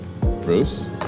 Bruce